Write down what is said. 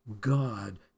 God